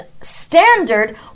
standard